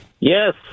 Yes